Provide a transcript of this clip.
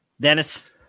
dennis